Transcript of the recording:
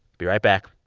be right back